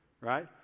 right